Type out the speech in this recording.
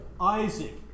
Isaac